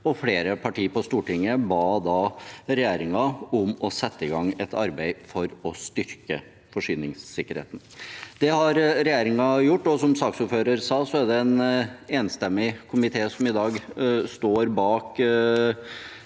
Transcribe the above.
Flere partier på Stortinget ba da regjeringen om å sette i gang et arbeid for å styrke forsyningssikkerheten. Det har regjeringen gjort, og som saksordføreren sa, er det en enstemmig komité som i dag står bak